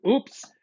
oops